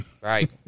Right